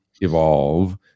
evolve